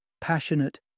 passionate